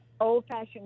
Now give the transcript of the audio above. old-fashioned